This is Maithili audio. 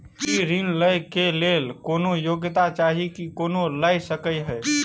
कृषि ऋण लय केँ लेल कोनों योग्यता चाहि की कोनो लय सकै है?